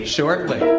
Shortly